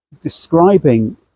describing